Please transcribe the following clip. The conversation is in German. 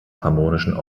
harmonischen